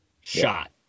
shot